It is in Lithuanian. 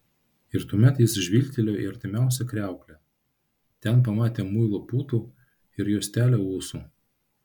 ir tuomet jis žvilgtelėjo į artimiausią kriauklę ten pamatė muilo putų ir juostelę ūsų